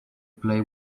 play